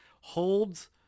holds